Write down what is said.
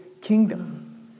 kingdom